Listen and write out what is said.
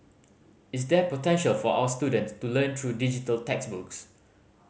is there potential for our student to learn through digital textbooks